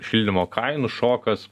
šildymo kainų šokas